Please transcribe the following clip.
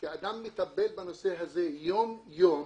כאדם מטפל בנושא הזה יום יום